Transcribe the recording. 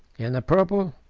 in the purple,